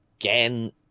again